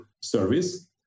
service